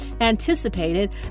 anticipated